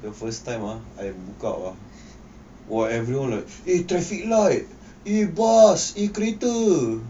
the first time ah I buka !wah! !wah! everyone like eh traffic light eh bus eh kereta